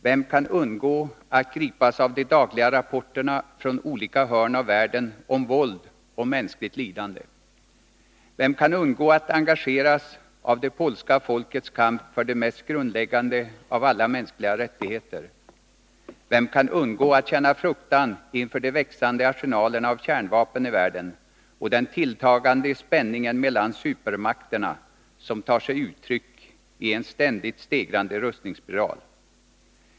Vem kan undgå att gripas av de dagliga rapporterna från olika hörn av världen om våld och mänskligt lidande? Vem kan undgå att engageras av det polska folkets kamp för de mest grundläggande av alla mänskliga rättigheter? Vem kan undgå att känna fruktan inför de växande arsenalerna av kärnvapen i världen och den tilltagande spänningen mellan supermakterna, som tar sig uttryck i en ständigt stegrande rustningsspiral?